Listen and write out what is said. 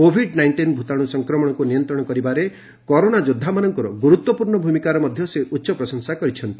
Covid nineteen ଭୂତାଣୁ ସଂକ୍ରମଣକୁ ନିୟନ୍ତ୍ରଣ କରିବାରେ କରୋନା ଯୋଦ୍ଧାମାନଙ୍କର ଗୁରୁତ୍ୱପୂର୍ଣ୍ଣ ଭୂମିକାର ସେ ଉଚ୍ଚ ପ୍ରଶଂସା କରିଛନ୍ତି